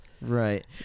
Right